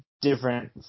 different